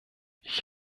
ich